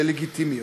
ללגיטימיות.